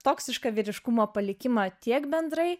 toksišką vyriškumo palikimą tiek bendrai